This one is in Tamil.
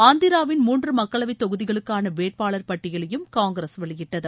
ஆந்திராவின் மூன்று மக்களவைத் தொகுதிகளுக்கான வேட்பாளர் பட்டியலையும் காங்கிரஸ் வெளியிட்டது